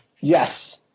Yes